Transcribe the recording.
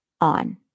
on